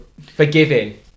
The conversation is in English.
forgiving